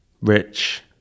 rich